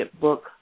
book